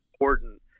important